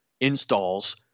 installs